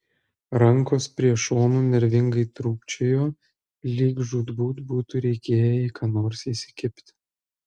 rankos prie šonų nervingai trūkčiojo lyg žūtbūt būtų reikėję į ką nors įsikibti